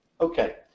Okay